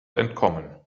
entkommen